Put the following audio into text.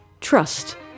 Trust